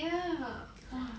ya !wah!